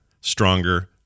stronger